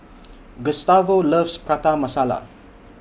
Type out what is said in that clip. Gustavo loves Prata Masala